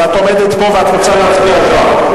את עומדת פה ואת רוצה להצביע שם.